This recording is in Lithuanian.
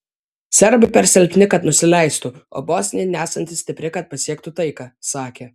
serbai per silpni kad nusileistų o bosnija nesanti stipri kad pasiektų taiką sakė